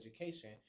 education